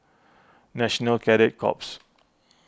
National Cadet Corps